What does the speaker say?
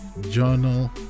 journal